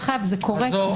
זה קורה.